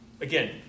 Again